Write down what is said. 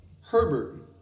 Herbert